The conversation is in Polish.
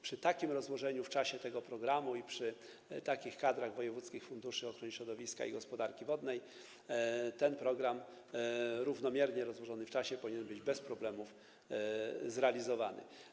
Przy takim rozłożeniu w czasie programu i przy takich kadrach wojewódzkich funduszy ochrony środowiska i gospodarki wodnej ten program - równomiernie rozłożony w czasie - powinien być zrealizowany bez problemów.